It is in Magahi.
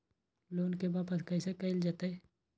लोन के वापस कैसे कैल जतय?